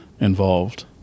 involved